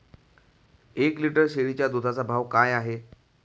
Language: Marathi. एक लिटर शेळीच्या दुधाचा भाव काय आहे?